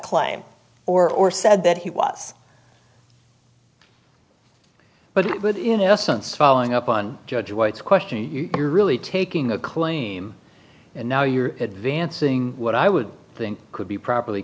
claim or or said that he was but it would in essence following up on judge white's question you're really taking a claim and now you're advancing what i would think could be properly